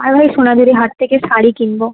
আর ভাই সোনাঝুরি হাট থেকে শাড়ি কিনবো